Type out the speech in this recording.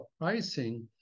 pricing